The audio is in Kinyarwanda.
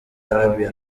arabia